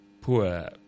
poor